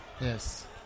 Yes